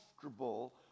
comfortable